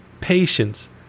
patience